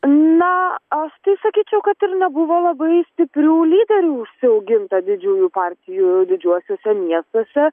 na aš tai sakyčiau kad ir nebuvo labai stiprių lyderių užsiauginta didžiųjų partijų didžiuosiuose miestuose